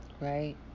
right